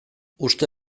uste